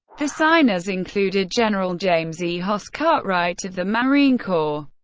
the signers included general james e. hoss cartwright of the marine corps,